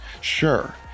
Sure